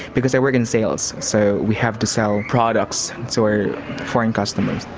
because i work in sales so we have to sell products to our foreign customers.